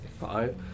Five